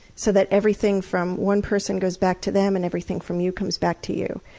so that everything from one person goes back to them and everything from you comes back to you.